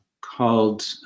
called